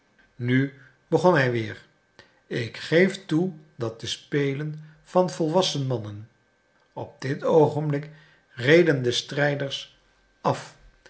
nu begon hij weer ik geef toe dat de spelen van volwassen mannen op dit oogenblik reden de strijders af